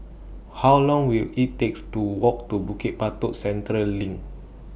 How Long Will IT takes to Walk to Bukit Batok Central LINK